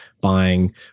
buying